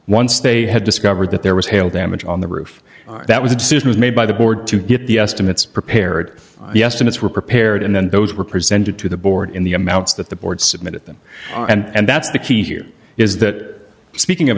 once they had discovered that there was hail damage on the roof that was a decision was made by the board to get the estimates prepared yes in its were prepared and then those were presented to the board in the amounts that the board submitted them and that's the key here is that speaking of